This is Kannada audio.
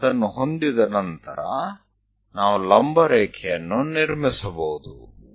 ನಾವು ಅದನ್ನು ಹೊಂದಿದ ನಂತರ ನಾವು ಲಂಬ ರೇಖೆಯನ್ನು ನಿರ್ಮಿಸಬಹುದು